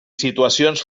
situacions